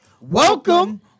Welcome